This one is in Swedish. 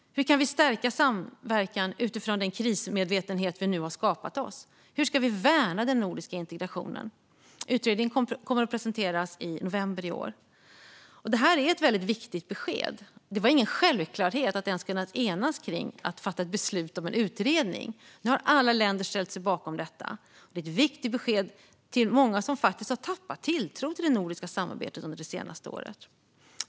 Hur kan vi stärka samverkan utifrån den krismedvetenhet vi nu har skapat oss? Hur ska vi värna den nordiska integrationen? Utredningen kommer att presenteras i november i år. Det här är ett väldigt viktigt besked. Det var ingen självklarhet att ens kunna enas om att fatta ett beslut om en utredning. Nu har alla länder ställt sig bakom detta, och det är ett viktigt besked till många som faktiskt har tappat tilltron till det nordiska samarbetet under det senaste året.